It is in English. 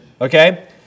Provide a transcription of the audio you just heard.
okay